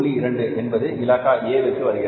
2 என்பது இலாகா A